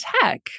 tech